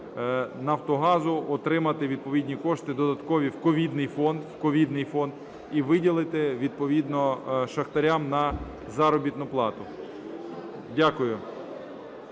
"Нафтогазу" отримати відповідні кошти додаткові в ковідний фонд, в ковідний фонд, і виділити відповідно шахтарям на заробітну плату. Дякую.